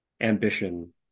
ambition